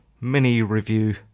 mini-review